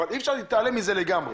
אבל אי אפשר להתעלם מזה לגמרי.